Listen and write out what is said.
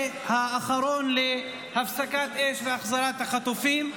האחרון להפסקת אש והחזרת החטופים,